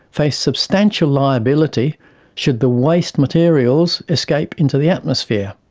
face substantial liability should the waste materials escape into the atmosphere.